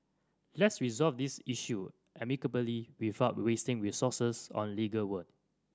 let's resolve this issue amicably without wasting resources on legal work